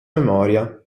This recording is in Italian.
memoria